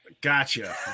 Gotcha